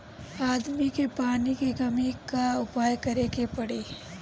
आदमी के पानी के कमी क उपाय करे के पड़ी